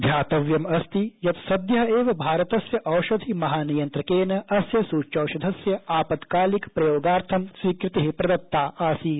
ध्यातव्यम् अस्ति यत्सद्यः एव भारतस्य औषधि महानियंत्रकेन अस्य सूच्यौषधस्य आपद्कालिक प्रयोगार्थं स्वीकृतिः प्रदत्ता आसीत्